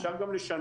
אפשר גם לשנות,